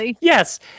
yes